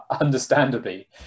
understandably